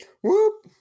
Whoop